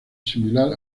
similar